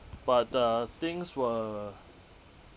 but uh things were